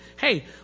hey